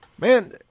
Man